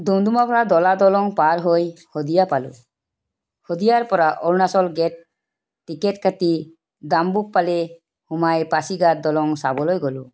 ডুমডুমা পৰা ধলা দলং পাৰ হৈ শদিয়া পালোঁ শদিয়াৰ পৰা অৰুণাচল গে'ট টিকেট কাটি ডাম্বুক ফালে সোমাই পাচি ঘাট দলং চাবলৈ গ'লোঁ